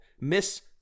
Miss